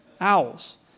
Owls